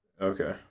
okay